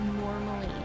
normally